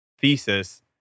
thesis